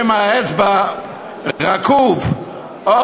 אם העץ רקוב או